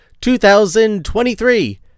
2023